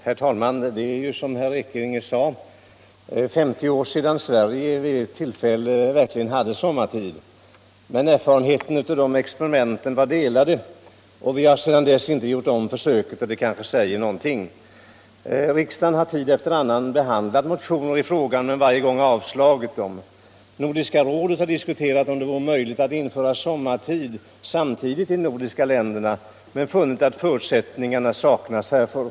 Herr talman! Som herr Ekinge sade var det för mer än 60 år sedan som Sverige vid ett tillfälle hade sommartid. Men erfarenheterna av experimentet var delade. Vi har sedan dess inte gjort om försöket och det kanske säger någonting. Riksdagen har tid efter annan behandlat motioner i frågan men varje gång avslagit dessa. Nordiska rådet har diskuterat om det vore möjligt att införa sommartid samtidigt i de nordiska länderna men funnit att förutsättningar saknats härför.